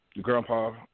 grandpa